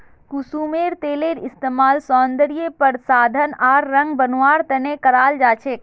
कुसुमेर तेलेर इस्तमाल सौंदर्य प्रसाधन आर रंग बनव्वार त न कराल जा छेक